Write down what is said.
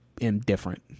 indifferent